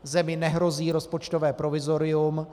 Zemi nehrozí rozpočtové provizorium.